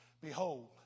behold